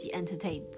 entertain